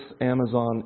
Amazon